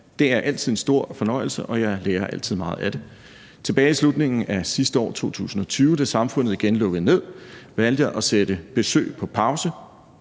Det er altid en stor fornøjelse, og jeg lærer altid meget af det. Tilbage i slutningen af sidste år, 2020, da samfundet igen lukkede ned, valgte jeg at sætte besøg på pause.